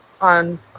on